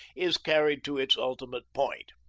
is carried to its ultimate point.